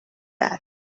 that